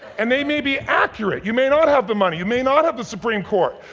and they may be accurate. you may not have the money, you may not have the supreme court,